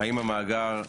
האם המאגר,